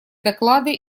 доклады